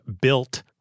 built